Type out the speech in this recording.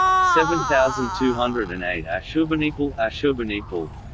seven thousand two hundred and eight ashurbanipal ashurbanipal